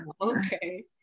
Okay